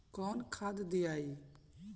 कौन खाद दियई?